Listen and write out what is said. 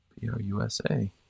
P-R-U-S-A